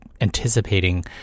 anticipating